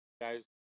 guys